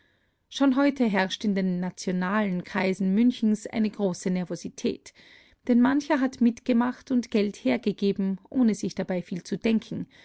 schon heute herrscht in den nationalen kreisen münchens eine große nervosität denn mancher hat mitgemacht und geld hergegeben ohne sich dabei viel zu denken